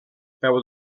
peu